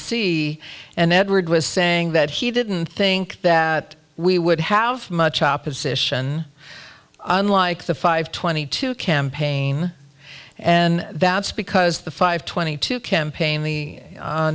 c and edward was saying that he didn't think that we would have much opposition unlike the five twenty two campaign and that's because the five twenty two campaign the